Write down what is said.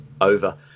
over